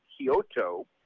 Kyoto